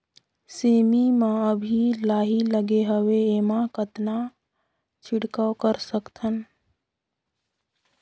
सेमी म अभी लाही लगे हवे एमा कतना छिड़काव कर सकथन?